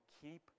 keep